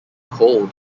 hold